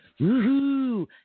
Woohoo